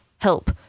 help